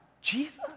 Jesus